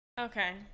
okay